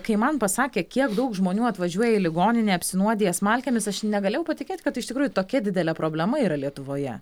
kai man pasakė kiek daug žmonių atvažiuoja į ligoninę apsinuodiję smalkėmis aš negalėjau patikėt kad iš tikrųjų tokia didelė problema yra lietuvoje